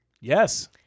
Yes